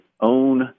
own